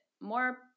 more